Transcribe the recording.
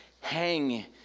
hang